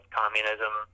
communism